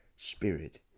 spirit